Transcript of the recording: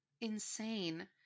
insane